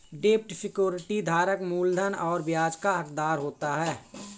डेब्ट सिक्योरिटी धारक मूलधन और ब्याज का हक़दार होता है